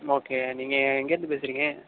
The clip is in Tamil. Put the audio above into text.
ஓகே நீங்கள் எங்கிருந்து பேசுகிறீங்க